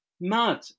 mud